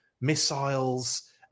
missiles